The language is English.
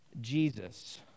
Jesus